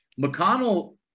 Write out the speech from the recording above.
McConnell